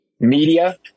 Media